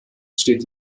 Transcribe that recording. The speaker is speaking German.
steht